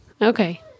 Okay